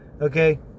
Okay